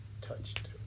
touched